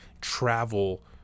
travel